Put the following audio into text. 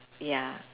ya